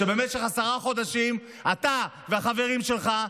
שבמשך עשרה חודשים אתה והחברים שלך,